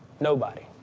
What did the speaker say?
nobody.